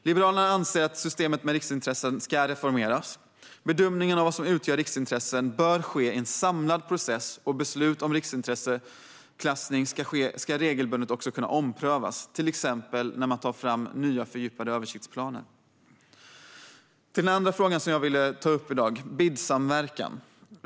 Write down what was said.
Liberalerna anser att systemet med riksintressen ska reformeras. Bedömningen av vad som utgör riksintresse bör ske i en samlad process, och beslut om riksintresseklassning ska regelbundet kunna omprövas, till exempel när man tar fram nya fördjupade översiktsplaner. Den andra frågan som jag vill ta upp i dag handlar om BID-samverkan.